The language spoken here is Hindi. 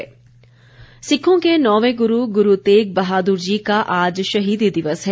शहीदी दिवस सिखों के नौवें गुरु गुरु तेग बहादुर जी का आज शहीदी दिवस है